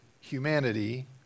humanity